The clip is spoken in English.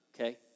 Okay